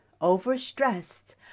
overstressed